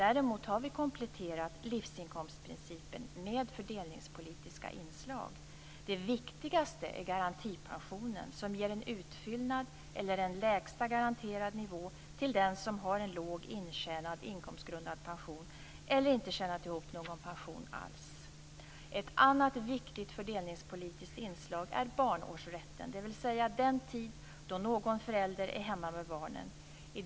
Däremot har vi kompletterat livsinkomstprincipen med fördelningspolitiska inslag. Det viktigaste är garantipensionen, som ger en utfyllnad eller en lägsta garanterad nivå till den som har en låg intjänad inkomstgrundad pension eller som inte har tjänat ihop någon pension alls. Ett annat viktigt fördelningspolitiskt inslag är barnårsrätten, dvs. den tid då någon förälder är hemma med barnen.